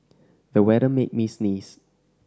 the weather made me sneeze